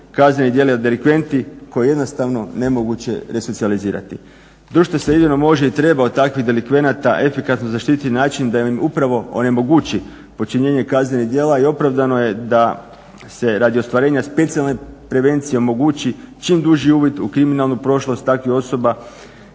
kaznenih djela ili delikventi koje je jednostavno nemoguće resocijalizirati. Društvo se jedino može i treba od takvih delikvenata efikasno zaštiti na način da im upravo onemogući počinjenje kaznenih djela i opravdano je da se radi ostvarenja specijalne prevencije omogući čim duži uvid u kriminalnu prošlost takvih osoba,